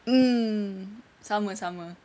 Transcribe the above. mm sama sama